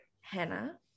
Hannah